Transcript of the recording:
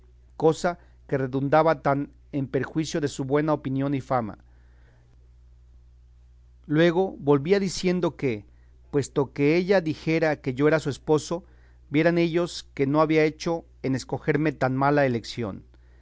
cosa que redundaba tan en perjuicio de su buena opinión y fama luego volvía diciendo que puesto que ella dijera que yo era su esposo vieran ellos que no había hecho en escogerme tan mala elección